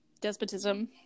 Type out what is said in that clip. despotism